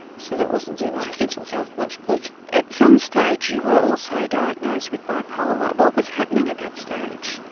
so that wasn't doing my mental health much good. at some stage you were also diagnosed with bipolar, what was happening at that stage?